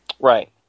Right